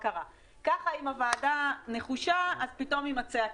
כך אם הוועדה נחושה פתאום יימצא הכסף.